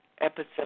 episode